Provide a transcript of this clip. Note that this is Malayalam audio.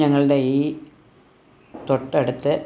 ഞങ്ങളുടെ ഈ തൊട്ടടുത്ത